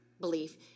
belief